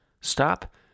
Stop